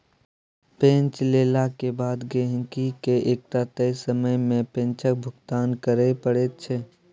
पैंच लेलाक बाद गहिंकीकेँ एकटा तय समय मे पैंचक भुगतान करय पड़ैत छै